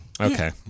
Okay